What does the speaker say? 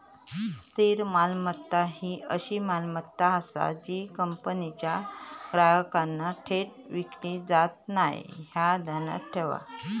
स्थिर मालमत्ता ही अशी मालमत्ता आसा जी कंपनीच्या ग्राहकांना थेट विकली जात नाय, ह्या ध्यानात ठेव